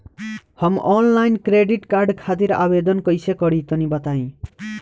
हम online credit card खातिर आवेदन कइसे करि तनि बताई?